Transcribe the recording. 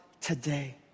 today